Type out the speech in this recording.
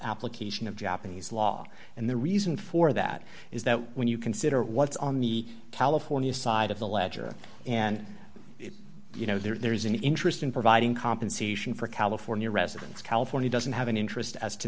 application of japanese law and the reason for that is that when you consider what's on the california side of the ledger and you know there's an interest in providing compensation for california residents california doesn't have an interest as to